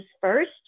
first